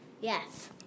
Yes